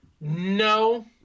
no